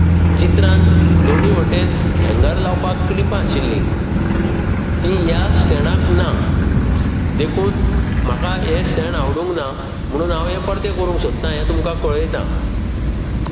चित्रांत दोनूय वटेन हँगर लावपाक क्लिपां आशिल्लीं तीं ह्या स्टॅण्डाक ना देखून म्हाका हें स्टॅण्ड आवडूंक ना म्हणून हांव हें परतें करूंक सोदतां हें तुमकां कळयतां